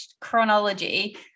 chronology